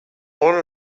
wanta